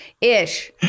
ish